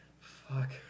Fuck